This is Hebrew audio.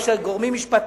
או גורמים משפטיים.